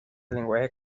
lenguajes